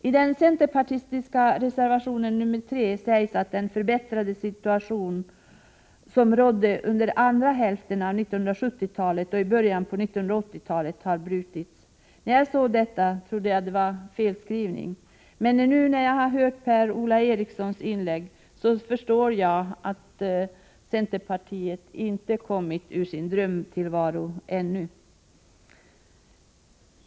I den centerpartistiska reservationen nr 3 sägs att den förbättrade situation som rådde under andra hälften av 1970-talet och i början av 1980-talet har brutits. När jag såg detta trodde jag att det var en felskrivning, men nu när jag har hört Per-Ola Erikssons inlägg, förstår jag att centerpartisterna inte kommit ur sin drömtillvaro ännu.